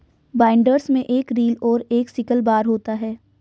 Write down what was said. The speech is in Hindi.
बाइंडर्स में एक रील और एक सिकल बार होता है